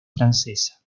francesa